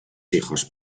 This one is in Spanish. hijos